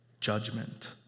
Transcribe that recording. judgment